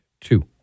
two